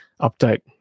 update